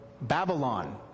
Babylon